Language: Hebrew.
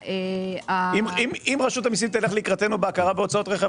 אם רשות המסים תלך לקראתנו בהכרה בהוצאות רכב